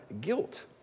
guilt